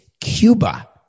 Cuba